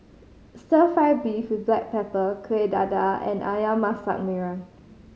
Stir Fry beef with black pepper Kuih Dadar and Ayam Masak Merah